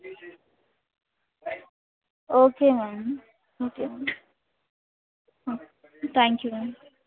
okay ma'am okay ma'am thank you ma'am